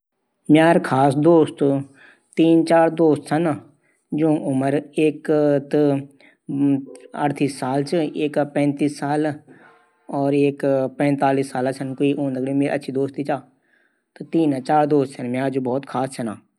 मिन अपड जीवन मा बल्द बकरू ढिबुरू, गौडू बुग्ठया, दगड समय बिताई।